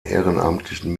ehrenamtlichen